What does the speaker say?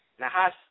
Nahas